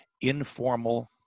informal